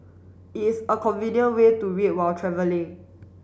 it is a convenient way to read while travelling